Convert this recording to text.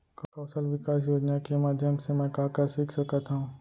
कौशल विकास योजना के माधयम से मैं का का काम सीख सकत हव?